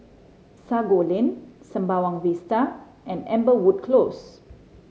Sago Lane Sembawang Vista and Amberwood Close